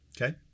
Okay